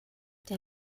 der